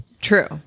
true